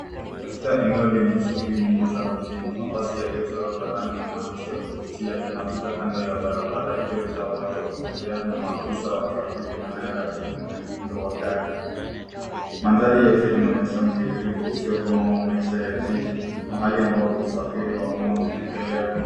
Katika eneo lenye shughuli nyingi za mjini, mabasi yaliyochorwa kwa rangi na maandishi ya kuvutia yanapita kando ya barabara iliyojaaa watu wakitembea na maafisa wa trafiki wanaoratibu mwendo wa gari. Mandhari yote inaonyesha mtiririko usio kama wa maisha ya jiji. Mahali ambapo usafiri wa umma unaendelea.